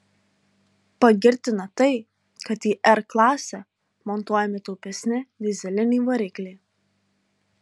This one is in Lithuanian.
pagirtina tai kad į r klasę montuojami taupesni dyzeliniai varikliai